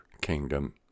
kingdom